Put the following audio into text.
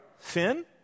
Sin